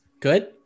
Good